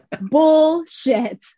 bullshit